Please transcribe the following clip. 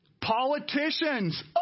politicians